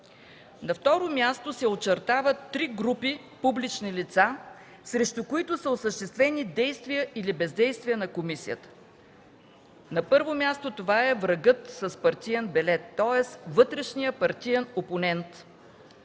На второ място, очертават се три групи публични лица, срещу които са осъществени действия или бездействия на комисията. На първо място, това е врагът с партиен билет, тоест вътрешният партиен опонент